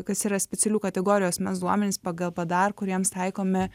kas yra specialių kategorijų asmens duomenys pagal bdar kuriems taikomi